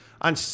on